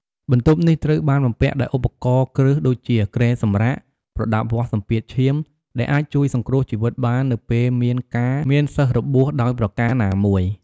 បន្ទប់នេះត្រូវបានបំពាក់ដោយឧបករណ៍គ្រឹះដូចជាគ្រែសម្រាក ប្រដាប់វាស់សម្ពាធឈាម ដែលអាចជួយសង្គ្រោះជីវិតបាននៅពេលមានការមានសិស្សរបួសដោយប្រការណាមួយ។